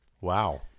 Wow